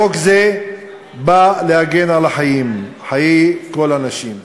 חוק זה בא להגן על החיים, חיי כל הנשים.